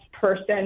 person